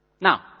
Now